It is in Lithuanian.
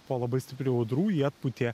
po labai stiprių audrų jį atpūtė